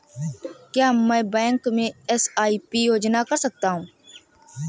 क्या मैं बैंक में एस.आई.पी योजना कर सकता हूँ?